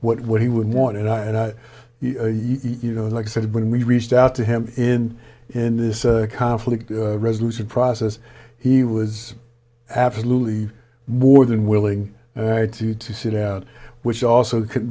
not what he would want and i and i you know like i said when we reached out to him in in this conflict resolution process he was absolutely more than willing to sit out which also